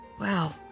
Wow